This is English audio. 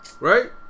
right